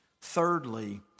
thirdly